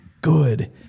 good